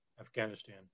Afghanistan